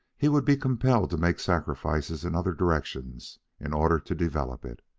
he would be compelled to make sacrifices in other directions in order to develop it.